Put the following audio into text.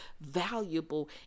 valuable